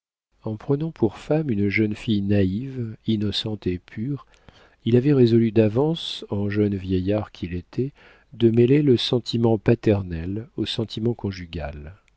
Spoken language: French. en prenant pour femme une jeune fille naïve innocente et pure il avait résolu d'avance en jeune vieillard qu'il était de mêler le sentiment paternel au sentiment conjugal